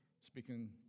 speaking